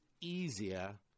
easier